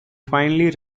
finally